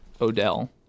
Odell